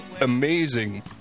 amazing